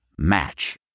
match